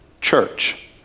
church